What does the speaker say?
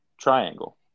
triangle